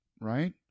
right